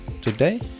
Today